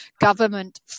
government